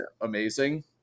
amazing